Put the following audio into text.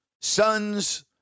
sons